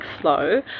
slow